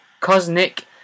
Cosmic